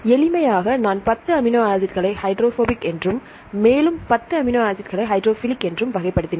எளிமையாக நான் 10 அமினோ ஆசிட்களை ஹைட்ரோபோபிக் என்றும் மேலும் 10 அமினோ ஆசிட்களை ஹைட்ரோஃபிலிக் என்றும் வகைப்படுத்தினேன்